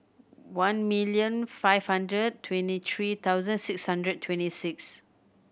one million five hundred twenty three thousand six hundred twenty six